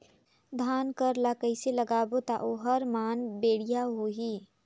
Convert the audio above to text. धान कर ला कइसे लगाबो ता ओहार मान बेडिया होही?